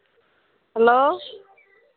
hello